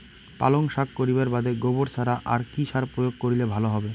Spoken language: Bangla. পালং শাক করিবার বাদে গোবর ছাড়া আর কি সার প্রয়োগ করিলে ভালো হবে?